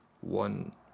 one